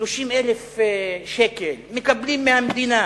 30,000 שקל מקבלים מהמדינה.